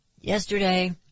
Yesterday